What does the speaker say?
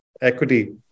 Equity